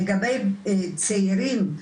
לגבי צעירים,